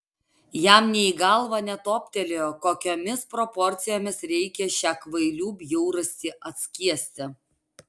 jam nė į galvą netoptelėjo kokiomis proporcijomis reikia šią kvailių bjaurastį atskiesti